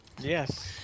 Yes